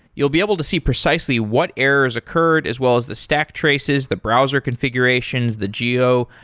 you'll be able to see precisely what errors occurred as well as the stack traces, the browser configurations, the geo,